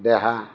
দেহা